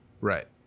Right